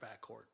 backcourt